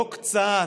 לא קצת,